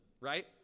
right